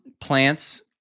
plants